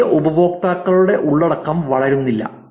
പുതിയ ഉപയോക്താക്കളുടെ ഉള്ളടക്കം വളരുന്നില്ല